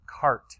cart